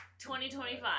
2025